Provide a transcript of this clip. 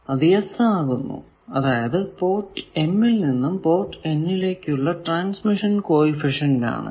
അത് യെസ് ആകുന്നു അതായതു പോർട്ട് m ൽ നിന്നും പോർട്ട് n ലേക്കുള്ള ട്രാൻസ്മിഷൻ കോ എഫിഷ്യന്റ് ആണ്